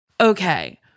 Okay